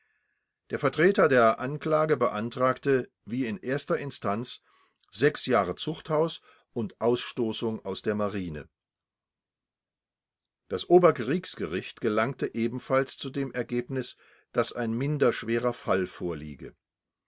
der vertreter der anklage beantragte wie in erster instanz sechs jahre zuchthaus und ausstoßung aus der marine das oberkriegsgericht gelangte ebenfalls zu dem ergebnis daß ein minder schwerer fall vorliege